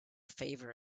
favor